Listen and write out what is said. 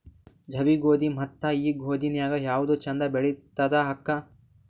ಜವಿ ಗೋಧಿ ಮತ್ತ ಈ ಗೋಧಿ ನ್ಯಾಗ ಯಾವ್ದು ಛಂದ ಬೆಳಿತದ ಅಕ್ಕಾ?